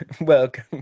Welcome